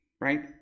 right